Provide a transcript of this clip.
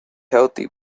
healthy